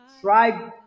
try